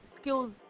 skills